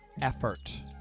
effort